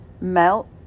melt